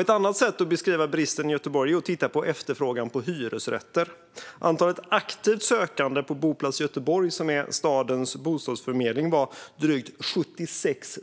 Ett annat sätt att beskriva bristen i Göteborg är att titta på efterfrågan på hyresrätter. Antalet aktivt sökande på Boplats Göteborg, som är stadens bostadsförmedling, var år 2016 drygt 76